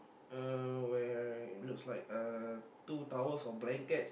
uh where it looks like uh two towels or blankets